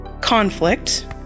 conflict